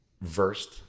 versed